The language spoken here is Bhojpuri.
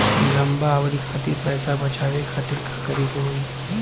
लंबा अवधि खातिर पैसा बचावे खातिर का करे के होयी?